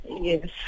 Yes